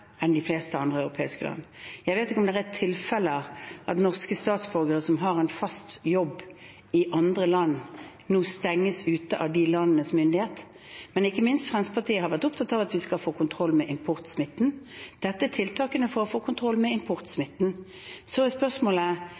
enn de fleste andre europeiske land. Jeg vet ikke om det er tilfeller av at norske statsborgere som har en fast jobb i andre land, nå stenges ute av de landenes myndigheter. Men ikke minst Fremskrittspartiet har vært opptatt av at vi skal få kontroll med importsmitten. Dette er tiltakene for å kontroll med importsmitten. Så er spørsmålet: